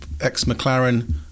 ex-McLaren